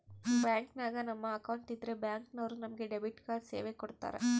ಬ್ಯಾಂಕಿನಾಗ ನಮ್ಮ ಅಕೌಂಟ್ ಇದ್ರೆ ಬ್ಯಾಂಕ್ ನವರು ನಮಗೆ ಡೆಬಿಟ್ ಕಾರ್ಡ್ ಸೇವೆ ಕೊಡ್ತರ